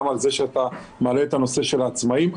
על זה שאתה מעלה את הנושא של העצמאים.